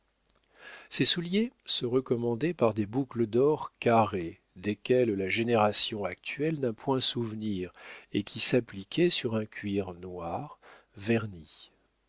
ses souliers se recommandaient par des boucles d'or carrées desquelles la génération actuelle n'a point souvenir et qui s'appliquaient sur un cuir noir verni